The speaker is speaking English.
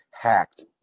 hacked